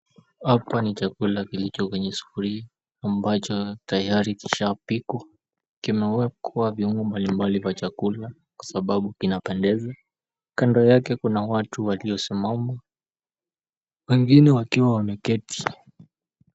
Hapa ni chakula kilicho kwenye sufuria ambacho tayari kishapikwa. Kimeekwa viungo mbalimbali vya chakula sababu kinapendeza. Kando yake kuna watu waliosimama wengine wakiwa wameketi.